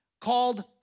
called